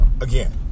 Again